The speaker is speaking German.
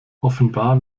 offenbar